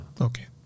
Okay